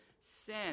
sin